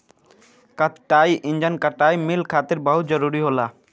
कताई इंजन कताई मिल खातिर बहुत जरूरी होला